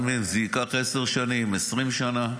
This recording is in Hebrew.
גם אם זה ייקח עשר שנים, עשרים שנים,